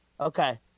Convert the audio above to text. Okay